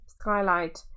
skylight